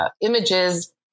images